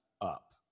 up